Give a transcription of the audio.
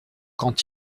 quand